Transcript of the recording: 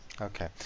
Okay